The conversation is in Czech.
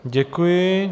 Děkuji.